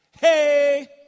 Hey